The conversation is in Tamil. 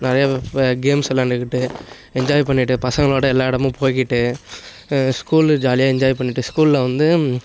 நிறையா கேம்ஸ் வெளாண்டுக்கிட்டு என்ஜாய் பண்ணிகிட்டு பசங்களோடு எல்லா இடமும் போயிக்கிட்டு ஸ்கூலில் ஜாலியாக என்ஜாய் பண்ணிகிட்டு ஸ்கூலில் வந்து